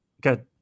Good